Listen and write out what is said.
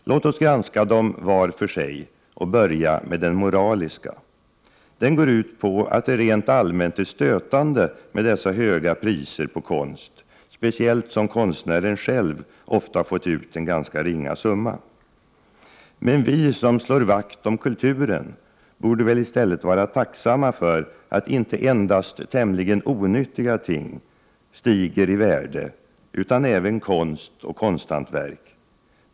Låt oss granska dem var för sig och börja med den moraliska. Den går ut på att det rent allmänt är stötande med dessa höga priser på konst, speciellt som konstnären själv ofta fått ut en ganska ringa summa. Men vi som vill slå vakt om kulturen borde väl i stället vara tacksamma för att det inte endast är tämligen onyttiga ting som stiger i värde utan även konst och konsthantverk.